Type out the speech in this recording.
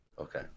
okay